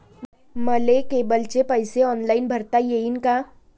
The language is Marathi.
मले केबलचे पैसे ऑनलाईन भरता येईन का?